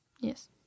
Yes